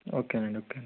ఓకేనండి ఓకేనండి